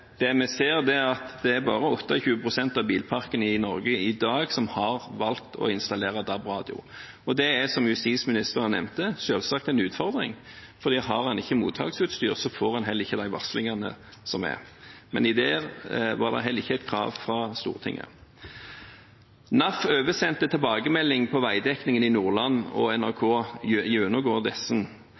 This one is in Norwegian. det vi ser, er at det bare er 28 pst. av bilparken i Norge i dag som har valgt å installere DAB-radio. Det er, som justisministeren nevnte, selvsagt en utfordring, for har en ikke mottaksutstyr, får en heller ikke de varslingene som er. Men det var heller ikke et krav fra Stortinget. NAF oversendte tilbakemelding på veidekningen i Nordland, og NRK